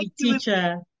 teacher